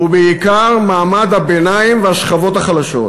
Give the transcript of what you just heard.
ובעיקר מעמד הביניים והשכבות החלשות.